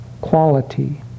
quality